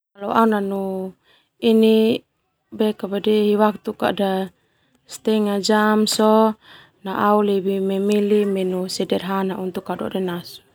Ini waktu kada stengah jam sona au lebih memilih menu sederhana untuk au dode nasu.